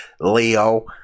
leo